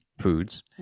foods